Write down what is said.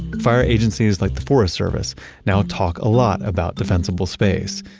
fire agencies like the forest service now talk a lot about defensible space.